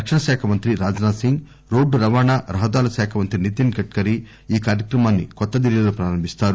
రక్షణ శాఖ మంత్రి రాజ్ నాథ్ సింగ్ రోడ్డు రవాణా రహదారులశాఖ మంత్రి నితిన్ గడ్కరీ ఈ కార్యక్రమాన్ని న్యూఢిల్లీలో ప్రారంభిస్తారు